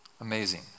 Amazing